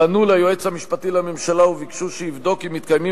פנו אל היועץ המשפטי לממשלה וביקשו שיבדוק אם מתקיימים